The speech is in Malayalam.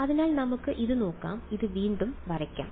അതിനാൽ നമുക്ക് ഇത് നോക്കാം ഇത് വീണ്ടും വരയ്ക്കാം